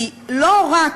כי לא רק